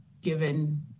given